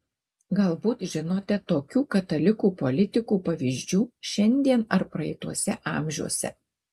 galbūt žinote tokių katalikų politikų pavyzdžių šiandien ar praeituose amžiuose